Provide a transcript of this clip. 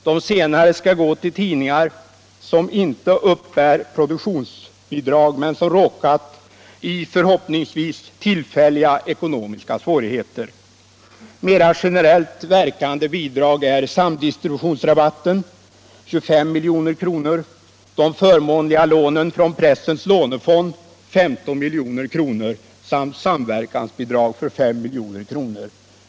De senare bidragen skall gå till tidningar som inte uppbär produktionsbidrag men som råkat i förhoppningsvis tillfälliga ekonomiska svårigheter. Mera generellt verkande bidrag är samdistributionsrabatten, 25 milj.kr., de förmånliga lånen från pressens lånefond, 15 miljoner, samt samverkansbidrag för 5 milj.kr.